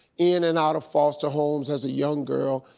in and out of foster homes as a young girl.